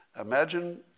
imagine